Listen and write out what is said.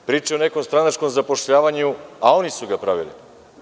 Pričaju o nekom stranačkom zapošljavanju, a oni su ga pravili.